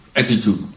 attitude